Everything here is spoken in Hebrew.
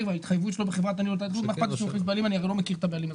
ובעצם אתה מקבל את ההטבה וגם יש הטבות שמקבל מי שרוכש את הבניין.